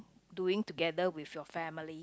doing together with your family